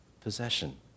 possession